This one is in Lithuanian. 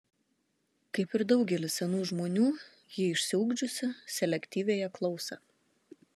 kaip ir daugelis senų žmonių ji išsiugdžiusi selektyviąją klausą